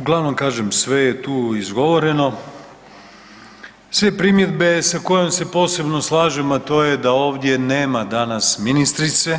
Uglavnom, kažem, sve je tu izgovoreno, sve primjedbe sa kojom se posebno slažem a to je da ovdje nema danas ministrice,